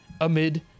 amid